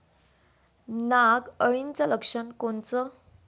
नाग अळीचं लक्षण कोनचं?